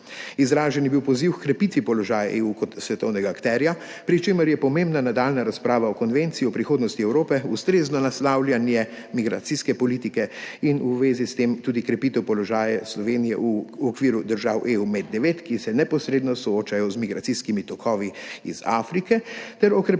Izražen je bil poziv h krepitvi položaja EU kot svetovnega akterja, pri čemer je pomembna nadaljnja razprava o konvenciji o prihodnosti Evrope, ustrezno naslavljanje migracijske politike in v zvezi s tem tudi krepitev položaja Slovenije v okviru držav EU-MED9, ki se neposredno soočajo z migracijskimi tokovi iz Afrike, ter okrepljena